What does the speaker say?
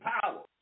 power